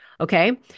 Okay